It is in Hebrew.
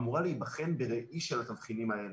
אמורה להיבחן בראי של התבחינים האלה.